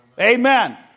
Amen